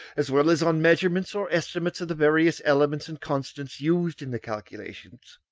as well as on measurements or estimates of the various elements and constants used in the calculations,